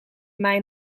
mij